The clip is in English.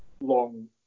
long